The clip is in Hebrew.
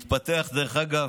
דרך אגב,